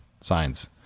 signs